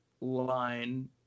line